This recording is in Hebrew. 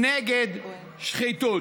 נגד שחיתות,